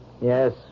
Yes